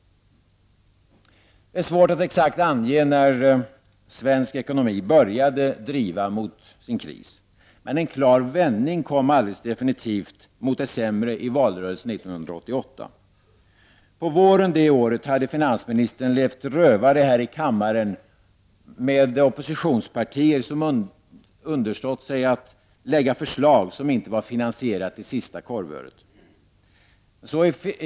Det är svårt att exakt ange när svensk ekonomi började driva mot sin kris. Men en klar vändning till det sämre kom definitivt i valrörelsen 1988. På våren det året hade finansministern levt rövare här i kammaren med oppositionspartier som understått sig att lägga förslag som inte var finansierade till sista korvöret.